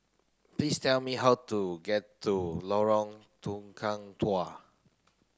please tell me how to get to Lorong Tukang Dua